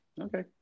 Okay